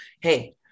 Hey